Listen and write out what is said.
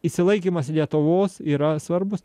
išsilaikymas lietuvos yra svarbus